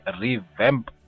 revamp